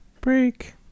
Break